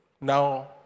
now